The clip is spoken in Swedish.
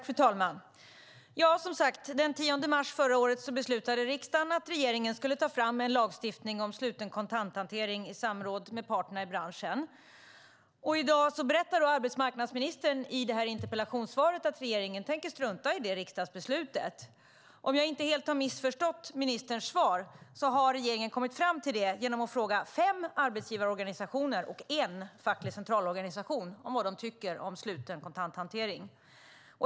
Fru talman! Ja, som sagt, den 10 mars förra året beslutade riksdagen att regeringen skulle ta fram en lagstiftning om sluten kontanthantering i samråd med parterna i branschen. I dag berättar arbetsmarknadsministern i interpellationssvaret att regeringen tänker strunta i det riksdagsbeslutet. Om jag inte helt missförstått ministerns svar har regeringen kommit fram till det genom att fråga fem arbetsgivarorganisationer och en facklig centralorganisation vad de tycker om sluten kontanthantering.